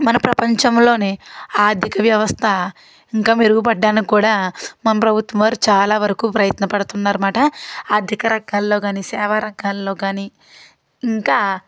మన ప్రపంచంలోనే ఆర్థిక వ్యవస్థ ఇంకా మెరుగుపడటానికి కూడా మనం ప్రభుత్వం వారు చాలా వరకు ప్రయత్నం పడుతున్నారన్నమాట అధిక రకంలో కానీ సేవా రకంలో కానీ ఇంకా